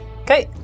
Okay